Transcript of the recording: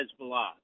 Hezbollah